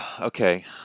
Okay